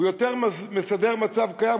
הוא יותר מסדר מצב קיים,